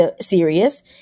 serious